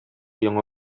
яңа